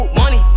money